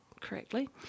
correctly